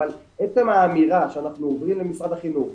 אבל עצם האמירה שאנחנו אומרים למשרד החינוך,